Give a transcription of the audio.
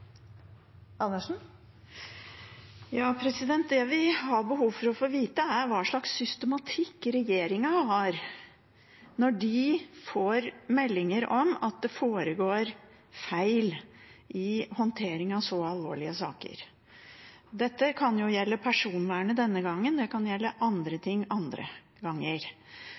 hva slags systematikk regjeringen har når de får meldinger om at det foregår feil i håndteringen av så alvorlige saker. Det gjelder personvern denne gangen, det kan gjelde andre ting andre ganger.